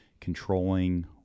controlling